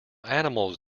animals